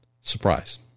surprise